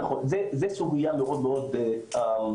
כן, נכון, זו סוגיה מאוד חשובה.